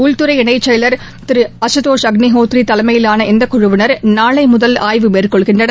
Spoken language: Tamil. உள்துறை இணைச்செயலர் திரு அசுதோஷ் அக்ளிஹோத்ரி தலைமையிலான இந்தக்குழுவினர் நாளை முதல் ஆய்வு மேற்கொள்கின்றனர்